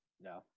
No